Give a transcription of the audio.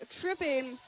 tripping